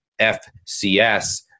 FCS